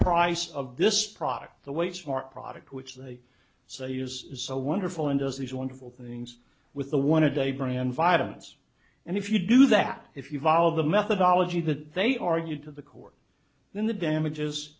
price of this product the way smart product which they say is so wonderful and does these wonderful things with the one today brand vitamins and if you do that if you follow the methodology that they argued to the court then the damages